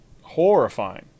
Horrifying